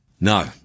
No